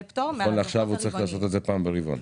נכון לעכשיו הוא צריך לעשות את זה פעם ברבעון?